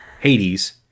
hades